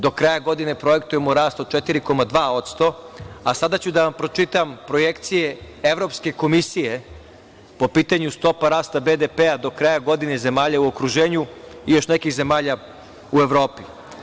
Do kraja godine projektujemo rast od 4,2%, a sada ću da vam pročitam projekcije Evropske komisije po pitanju stopa rasta BDP do kraja godine zemalja u okruženju i još nekih zemalja u Evropi.